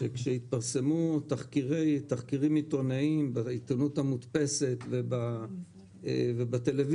שכאשר התפרסמו תחקירים עיתונאיים בעיתונות המודפסת ובטלוויזיה,